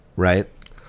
right